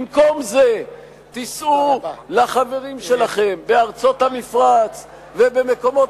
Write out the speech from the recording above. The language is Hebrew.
במקום זה תיסעו לחברים שלכם בארצות המפרץ ובמקומות